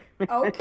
Okay